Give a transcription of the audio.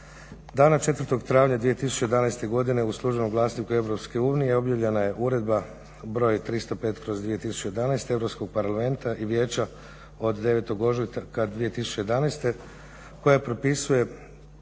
Dana 4. travnja 2011. godine u službenom glasniku Europske unije objavljena je uredba broj 305/2011 Europskog parlamenta i Vijeća od 9. ožujka 2011. koja propisuje